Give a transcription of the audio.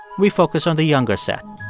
we focus on the younger set